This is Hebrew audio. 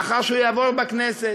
לאחר שהוא יעבור בכנסת,